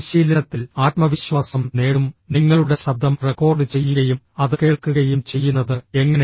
പരിശീലനത്തിൽ ആത്മവിശ്വാസം നേടും നിങ്ങളുടെ ശബ്ദം റെക്കോർഡ് ചെയ്യുകയും അത് കേൾക്കുകയും ചെയ്യുന്നത് എങ്ങനെ